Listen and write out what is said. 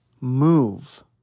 move